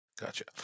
Gotcha